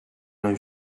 new